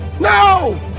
No